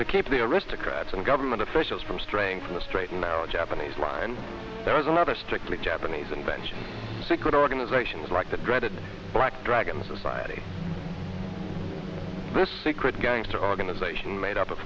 to keep the aristocrats and government officials from straying from the straight and narrow japanese mind there is another strictly japanese invention secret organizations like the dreaded black dragon society this secret gangster organization made up of